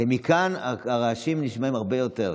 מכאן הרעשים נשמעים הרבה יותר,